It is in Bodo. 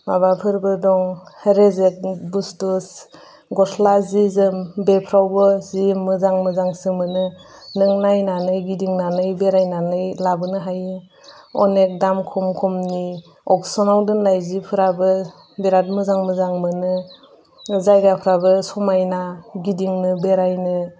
माबाफोरबो दं रेजेक्टनि बुस्थु गस्ला जि जोम बेफ्रावबो जि मोजां मोजांसो मोनो नों नायनानै गिदिंनानै बेरायनानै लाबोनो हायो अनेख दाम खम खमनि अकसनाव दोननाय जिफोराबो बिराद मोजां मोजां मोनो जायगाफ्राबो समायना गिदिंनो बेरायनो